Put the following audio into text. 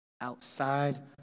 outside